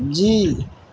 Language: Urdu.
جی